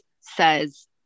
says